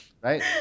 Right